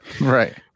Right